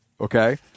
okay